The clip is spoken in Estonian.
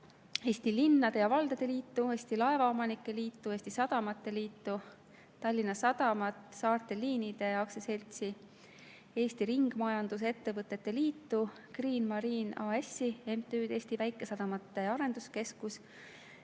Eesti Linnade ja Valdade Liitu, Eesti Laevaomanike Liitu, Eesti Sadamate Liitu, Tallinna Sadamat, Saarte Liinide AS‑i, Eesti Ringmajandusettevõtete Liitu, Green Marine AS‑i ja MTÜ-d Eesti Väikesadamate Arenduskeskus.